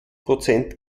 prozent